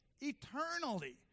eternally